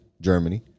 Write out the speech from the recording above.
Germany